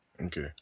Okay